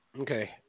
Okay